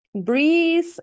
breathe